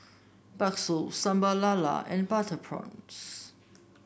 bakso Sambal Lala and Butter Prawns